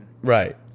Right